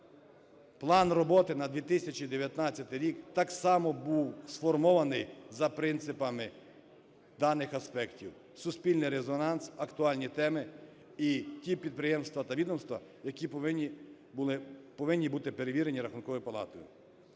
План роботи на 2019 рік так само був сформований за принципами даних аспектів: суспільний резонанс, актуальні теми і ті підприємства та відомства, які повинні бути перевірені Рахунковою палатою.